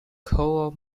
coal